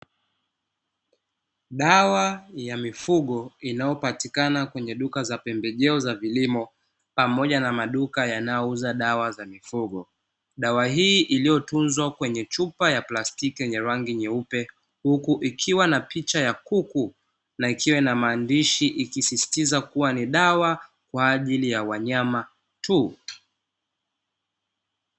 Dawa ya mifugo inayopatikana kwenye duka za pembejeo za vilimo pamoja na maduka yanayouzwa dawa za mifugo, dawa hii iliotunzwa kwenye chupa ya plastiki yenye rangi nyeupe; huku ikiwa na picha ya kuku na ikiwa na maandishi ikisisitiza kuwa ni dawa kwa ajili ya wanyama tuh.